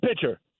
pitcher